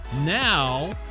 Now